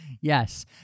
Yes